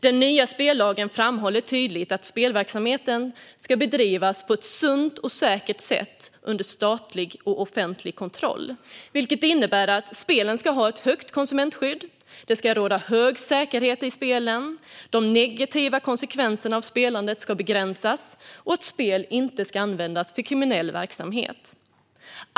Den nya spellagen framhåller tydligt att spelverksamheten ska bedrivas på ett sunt och säkert sätt under statlig och offentlig kontroll, vilket innebär att spelen ska ha ett högt konsumentskydd, att det ska råda hög säkerhet i spelen, att de negativa konsekvenserna av spelandet ska begränsas och att spel inte ska användas för kriminell verksamhet.